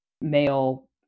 male